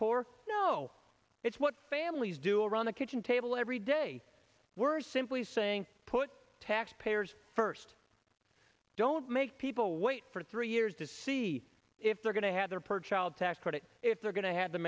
know it's what families do around the kitchen table every day we're simply saying put taxpayers first don't make people wait for three years to see if they're going to have their per child tax credit if they're going to have the